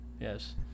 yes